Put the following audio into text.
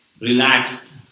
relaxed